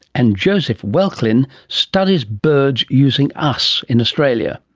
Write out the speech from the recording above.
and joseph welklin studies birds using us in australia.